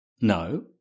no